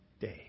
day